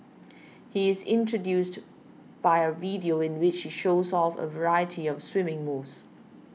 he is introduced by a video in which he shows off a variety of swimming moves